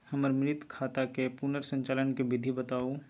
हमर मृत खाता के पुनर संचालन के विधी बताउ?